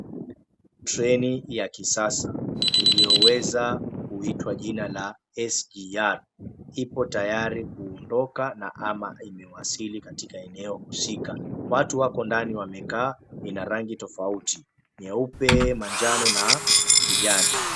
Train ya kisasa iliyoweza kuitwa jina la SGR ipo tayari kuondoka na ama imewasili katika eneo husika. Watu wapo ndani wamekaa, ina rangi tofauti; nyeupe, manjano na kijani.